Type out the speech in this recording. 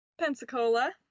Pensacola